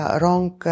wrong